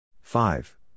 five